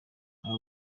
aba